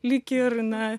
lyg ir na